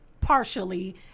partially